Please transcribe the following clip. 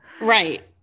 Right